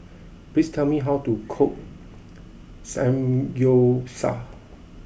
please tell me how to cook Samgyeopsal